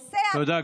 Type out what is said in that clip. תודה,